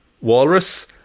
Walrus